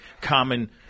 common –